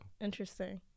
interesting